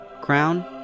crown